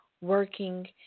working